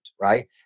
right